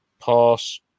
Pass